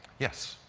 yes.